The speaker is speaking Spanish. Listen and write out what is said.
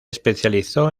especializó